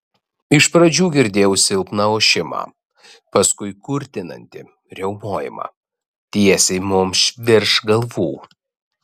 iš pradžių girdėjau silpną ošimą paskui kurtinantį riaumojimą tiesiai mums virš galvų